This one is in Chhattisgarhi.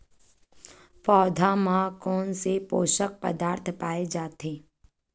पौधा मा कोन से पोषक पदार्थ पाए जाथे?